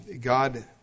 God